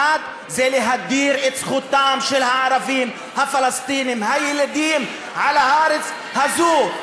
1. זה להגדיר את זכותם של הערבים הפלסטינים הילידים על הארץ הזאת.